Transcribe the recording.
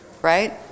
right